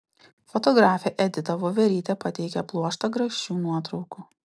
fotografė edita voverytė pateikia pluoštą grakščių nuotraukų